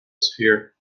sphere